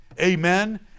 Amen